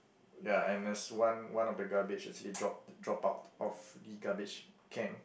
ya and there's one one of the garbage actually dropped dropped out of the garbage can